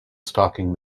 stocking